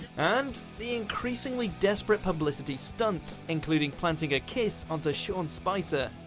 and the increasingly desperate publicity stunts, including planting a kiss onto sean spicer!